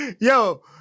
yo